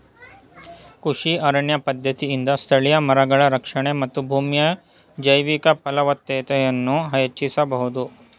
ಕೃಷಿ ಅರಣ್ಯ ಪದ್ಧತಿಯಿಂದ ಸ್ಥಳೀಯ ಮರಗಳ ರಕ್ಷಣೆ ಮತ್ತು ಭೂಮಿಯ ಜೈವಿಕ ಫಲವತ್ತತೆಯನ್ನು ಹೆಚ್ಚಿಸಬೋದು